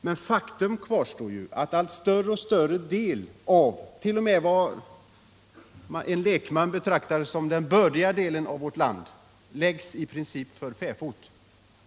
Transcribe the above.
Men faktum kvarstår att allt större del av vad t.o.m. en lekman betraktar som den bördiga delen av Sveriges jord i princip läggs för fäfot.